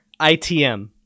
ITM